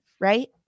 Right